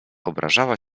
obrażała